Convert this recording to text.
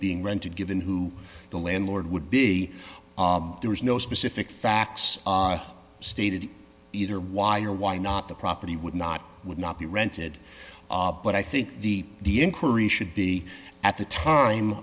being rented given who the landlord would be there was no specific facts stated either why or why not the property would not would not be rented but i think the the inquiry should be at the time